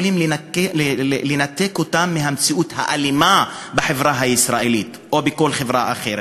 יכולים לנתק אותם מהמציאות האלימה בחברה הישראלית או בכל חברה אחרת.